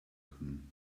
können